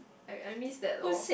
I I miss that lor